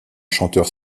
chanteur